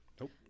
Nope